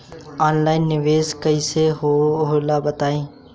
Online निवेस कइसे होला बताईं?